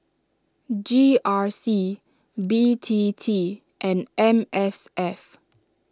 G R C B T T and M S F